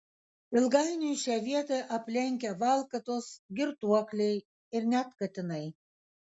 ilgainiui šią vietą aplenkia valkatos girtuokliai ir net katinai